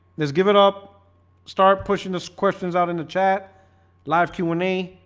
let's give it up start pushing us questions out in the chat live q and a.